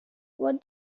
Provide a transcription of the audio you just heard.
what